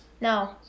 No